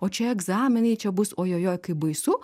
o čia egzaminai čia bus ojojoj kaip baisu